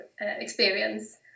experience